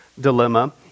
dilemma